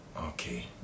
Okay